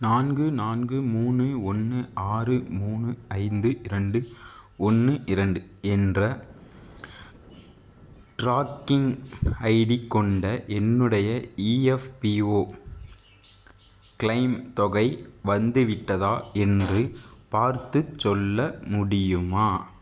நான்கு நான்கு மூணு ஒன்று ஆறு மூணு ஐந்து இரண்டு ஒன்று இரண்டு என்ற ட்ராக்கிங் ஐடி கொண்ட என்னுடைய இஎஃப்பிஓ க்ளெய்ம் தொகை வந்துவிட்டதா என்று பார்த்துச் சொல்ல முடியுமா